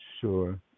sure